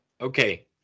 Okay